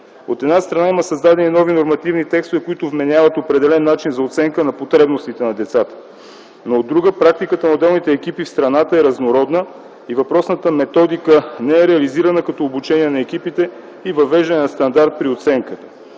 От една страна, има създадени нови нормативни текстове, които вменяват определен начин за оценка на потребностите на децата, но от друга – практиката на отделните екипи в страната е разнородна и въпросната методика не е реализирана като обучение на екипите и въвеждане на стандарт при оценка.